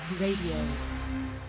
radio